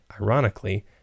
ironically